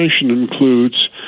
includes